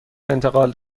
انتقال